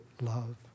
love